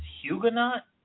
Huguenot